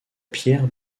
pierre